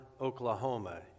Oklahoma